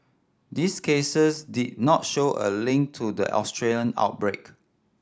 these cases did not show a link to the Australian outbreak